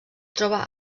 troba